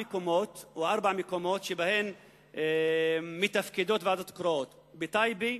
מקומות שבהם מתפקדות ועדות קרואות: בטייבה,